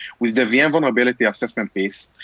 with the vm vulnerability assessment piece,